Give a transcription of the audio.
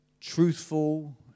truthful